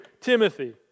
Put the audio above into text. Timothy